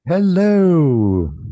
hello